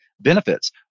benefits